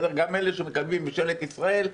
גם אלה שמקבלים ממשלת ישראל,